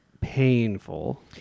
painful